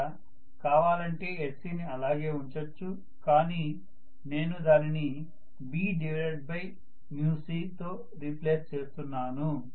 ఇక్కడ కావాలంటే Hc ని అలాగే ఉంచొచ్చు కానీ నేను దానిని Bc తో రీప్లేస్ చేస్తున్నాను